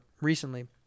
recently